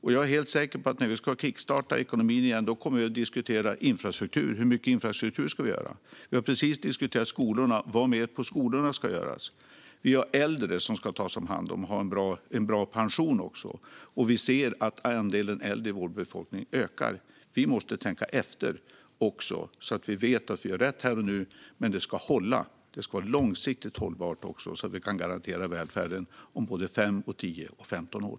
Jag är helt säker på att vi, när vi ska kickstarta ekonomin igen, kommer att diskutera hur mycket infrastruktur vi ska ha. Vi har precis diskuterat skolorna och vad mer som ska göras där. Vi har äldre som ska tas om hand och ha en bra pension. Vi ser att andelen äldre i vår befolkning ökar. Vi måste tänka efter så att vi vet att vi gör rätt här och nu och att det håller. Det ska vara långsiktigt hållbart så att vi kan garantera välfärden om både fem, tio och femton år.